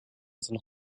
sind